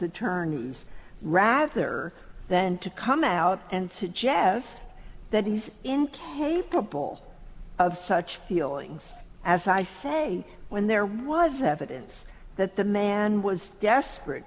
attorneys rather than to come out and suggest that he's incapable of such feelings as i say when there was evidence that the man was desperate